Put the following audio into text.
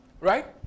Right